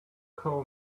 call